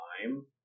time